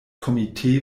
komitee